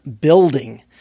building